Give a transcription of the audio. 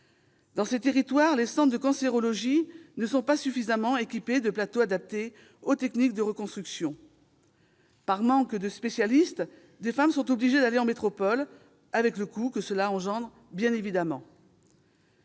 Dans ces territoires, les centres de cancérologie ne sont pas suffisamment équipés de plateaux adaptés aux techniques de reconstruction. Par manque de spécialistes, des femmes sont obligées d'aller en métropole, avec le coût que cela implique bien évidemment.